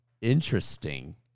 interesting